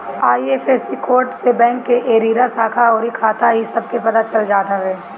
IFSC code से bank के area, शाखा अउरी खाता इ सब के पता चल जात हवे